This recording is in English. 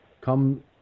come